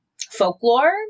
folklore